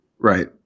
right